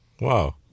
Wow